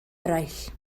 eraill